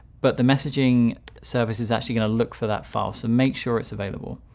but the messaging service is actually going to look for that file so make sure it's available.